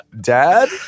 dad